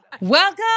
Welcome